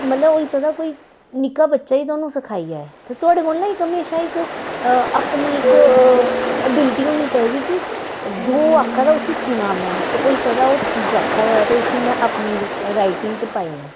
मतलब होई सकदा कोई निक्का बच्चा ई थाह्नूं सखाई जाए ते थुआढ़े कोल ना इक म्हेशा इक अपनी इक एबिलिटी होनी चाहिदी कि जो आक्खा दा उसी सुनां में ते होई सकदा ओह् ठीक आखा दा होऐ ते उसी में अपनी राइटिंग च पाई लैं